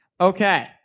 Okay